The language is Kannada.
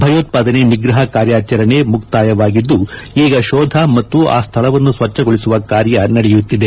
ಭೆಯೋತ್ಬಾದನೆ ನಿಗ್ರಹ ಕಾರ್ಯಾಚರಣೆ ಮಕ್ತಾಯವಾಗಿದ್ದು ಈಗ ಶೋಧ ಮತ್ತು ಆ ಸ್ಥಳವನ್ನು ಸ್ವಚ್ಚಗೊಳಿಸುವ ಕಾರ್ಯ ನಡೆಯುತ್ತಿದೆ